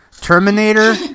Terminator